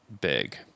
big